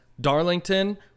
darlington